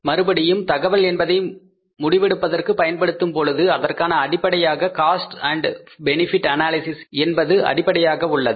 மறுபடியும் தகவல் என்பதை முடிவெடுப்பதற்கு பயன்படுத்தும் பொழுது அதற்கான அடிப்படையாக காஸ்ட் அண்ட் பெனிபிட் அனாலிசிஸ் என்பது அடிப்படையாக உள்ளது